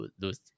lose